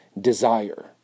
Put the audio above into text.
desire